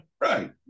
Right